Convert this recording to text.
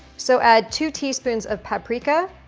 so add two teaspoons of paprika,